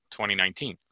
2019